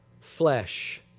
flesh